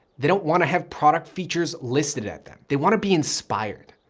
they don't want to have product features listed at them. they want to be inspired.